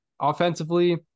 offensively